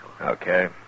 Okay